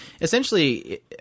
essentially